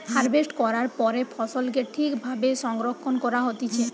harvest করার পরে ফসলকে ঠিক ভাবে সংরক্ষণ করা হতিছে